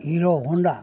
Hero Honda